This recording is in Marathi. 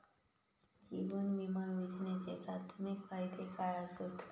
जीवन विमा योजनेचे प्राथमिक फायदे काय आसत?